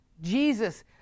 Jesus